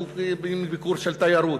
ביקור של תיירות.